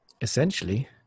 essentially